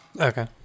Okay